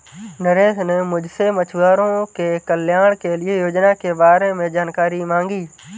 नरेश ने मुझसे मछुआरों के कल्याण के लिए योजना के बारे में जानकारी मांगी